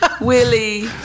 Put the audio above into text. Willie